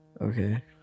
Okay